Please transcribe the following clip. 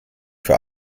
für